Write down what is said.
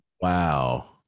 Wow